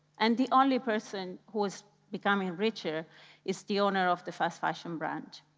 and the only person who is becoming richer is the owner of the fast fashion brand.